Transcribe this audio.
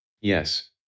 Yes